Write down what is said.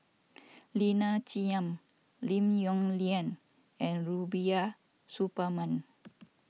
Lina Chiam Lim Yong Liang and Rubiah Suparman